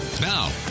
now